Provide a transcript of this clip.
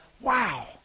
wow